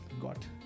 got